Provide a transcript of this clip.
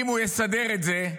אם הוא יסדר את זה,